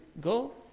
go